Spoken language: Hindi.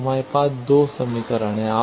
अब हमारे पास 2 समीकरण हैं